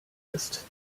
ist